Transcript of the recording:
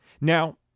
Now